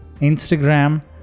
instagram